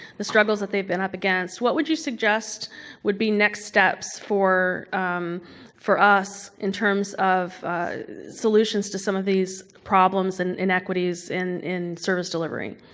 the struggles that they've been up against. what would you suggest would be next steps for for us, in terms of solutions to some of these problems and inequities in in service delivery?